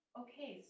okay